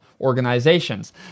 Organizations